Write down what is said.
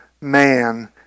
man